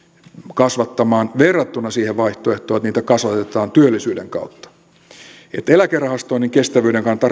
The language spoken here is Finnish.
kasvattamaan verrattuna siihen vaihtoehtoon että niitä kasvatetaan työllisyyden kautta eläkerahastoinnin kestävyyden kannalta